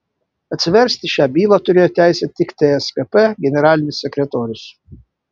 atsiversti šią bylą turėjo teisę tik tskp generalinis sekretorius